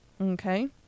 Okay